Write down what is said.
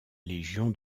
légion